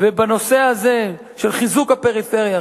ובנושא הזה של חיזוק הפריפריה,